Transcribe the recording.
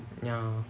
ya